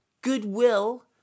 goodwill